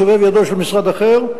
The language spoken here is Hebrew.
לסובב ידו של משרד אחר,